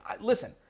Listen